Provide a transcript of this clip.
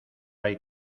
hay